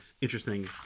interesting